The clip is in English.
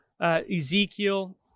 Ezekiel